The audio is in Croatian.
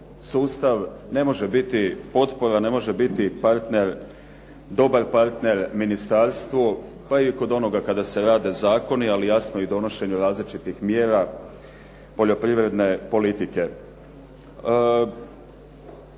sustav ne može biti potpora, ne može biti partner, dobar partner ministarstvu pa i kod onoga kada se rade zakoni ali jasno i donošen ju različitih mjera poljoprivredne politike.